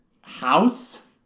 house